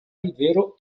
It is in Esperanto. rivero